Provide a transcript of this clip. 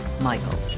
Michael